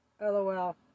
LOL